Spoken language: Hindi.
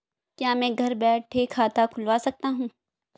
क्या मैं घर बैठे खाता खुलवा सकता हूँ?